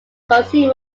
consumer